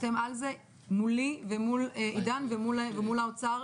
אתם על זה מולי ומול עידן ומול האוצר,